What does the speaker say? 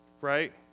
right